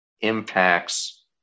impacts